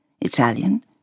Italian